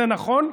זה נכון.